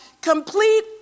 complete